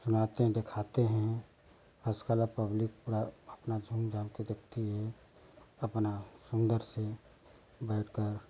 सुनाते हैं दिखाते हैं आजकल पब्लिक थोड़ा अपना झूम झामकर देखती है अपना सुंदर से बैठकर